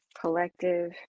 collective